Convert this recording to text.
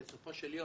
בסופו של יום,